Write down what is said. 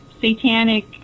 satanic